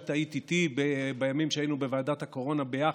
את היית איתי בימים שהיינו בוועדת הקורונה ביחד,